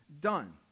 done